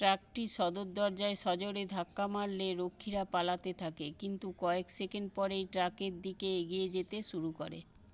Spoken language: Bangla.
ট্রাকটি সদর দরজায় সজোরে ধাক্কা মারলে রক্ষীরা পালাতে থাকে কিন্তু কয়েক সেকেন্ড পরেই ট্রাকের দিকে এগিয়ে যেতে শুরু করে